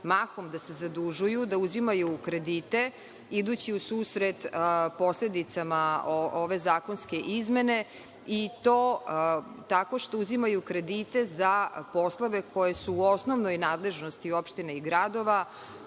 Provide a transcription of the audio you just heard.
mahom da se zadužuju, da uzimaju kredite, idući u susret posledicama ove zakonske izmene, i tako što uzimaju kredite za poslove koji su u osnovnoj nadležnosti opština i gradova,